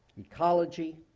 ecology,